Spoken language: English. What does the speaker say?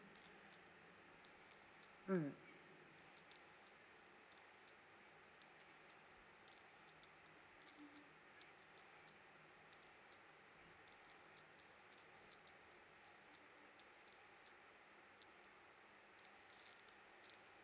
mm